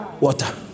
water